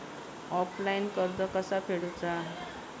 Offline कर्ज कसा फेडूचा?